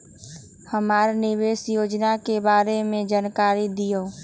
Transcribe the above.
हमरा निवेस योजना के बारे में जानकारी दीउ?